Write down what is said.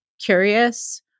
curious